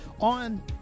on